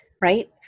right